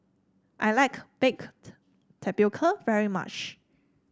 I like Baked Tapioca very much